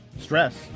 stress